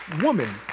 woman